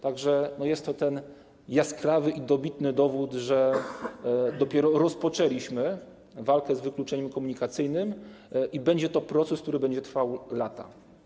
Tak że jest to jaskrawy i dobitny dowód, że dopiero rozpoczęliśmy walkę z wykluczeniem komunikacyjnym, i będzie to proces, który będzie trwał lata.